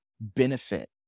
benefit